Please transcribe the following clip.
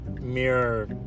Mirror